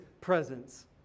presence